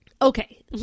Okay